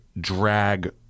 drag